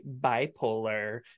bipolar